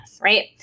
right